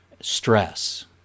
stress